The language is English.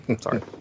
sorry